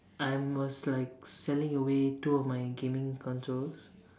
I was like selling away two of my gaming controls